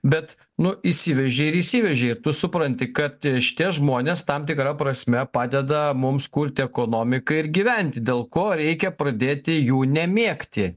bet nu įsivežė ir įsivežė ir tu supranti kad šitie žmonės tam tikra prasme padeda mums kurti ekonomiką ir gyventi dėl ko reikia pradėti jų nemėgti